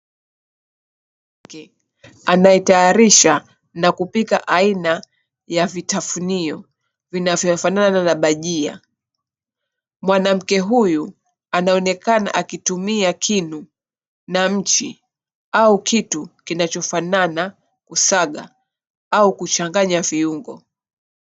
Mwanamke anaetayarisha na kupika aina ya vitafunio vinavyofanana na bajia, mwanamke huyu anaonekana akitumia kinu na mchi au kitu kinachofanana kusaga au kuchanganya viungo.